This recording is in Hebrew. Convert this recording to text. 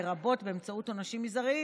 לרבות באמצעות עונשים מזעריים,